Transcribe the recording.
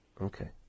Okay